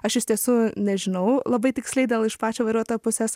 aš iš tiesų nežinau labai tiksliai dėl iš pačio vairuotojo pusės